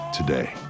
today